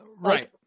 Right